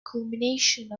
culmination